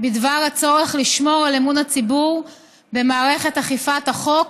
של הצורך לשמור על אמון הציבור במערכת אכיפת החוק,